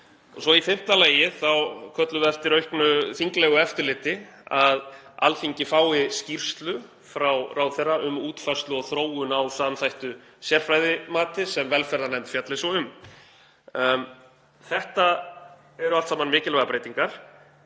betur. Í fimmta lagi köllum við eftir auknu þinglegu eftirliti, að Alþingi fái skýrslu frá ráðherra um útfærslu og þróun á samþættu sérfræðimati sem velferðarnefnd fjalli svo um. Þetta eru allt saman mikilvægar breytingar